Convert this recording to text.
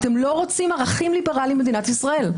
אתם לא רוצים ערכים ליברליים במדינת ישראל.